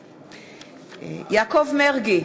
בהצבעה יעקב מרגי,